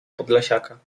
podlasiaka